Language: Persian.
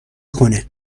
کند